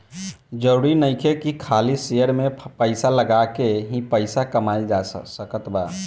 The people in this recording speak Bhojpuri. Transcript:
जरुरी नइखे की खाली शेयर में पइसा लगा के ही पइसा कमाइल जा सकत बा